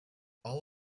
all